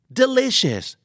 delicious